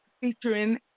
featuring